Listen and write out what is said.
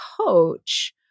coach